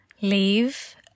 leave